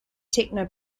techno